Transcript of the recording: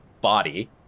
body